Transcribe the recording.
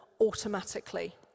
automatically